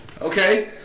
Okay